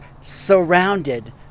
surrounded